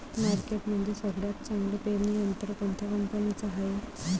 मार्केटमंदी सगळ्यात चांगलं पेरणी यंत्र कोनत्या कंपनीचं हाये?